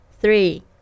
Three